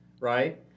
right